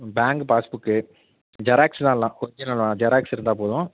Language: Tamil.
பேங்க்கு பாஸ்புக்கு ஜெராக்ஸ் தான் எல்லாம் ஒர்ஜினல் வேணா ஜெராக்ஸ் இருந்தால் போதும்